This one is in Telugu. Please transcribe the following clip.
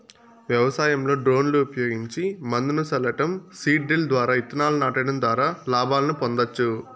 వ్యవసాయంలో డ్రోన్లు ఉపయోగించి మందును సల్లటం, సీడ్ డ్రిల్ ద్వారా ఇత్తనాలను నాటడం ద్వారా లాభాలను పొందొచ్చు